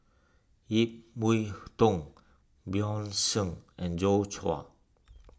Ip Yiu Tung Bjorn Shen and Joi Chua